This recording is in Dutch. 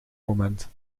moment